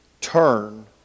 turn